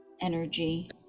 energy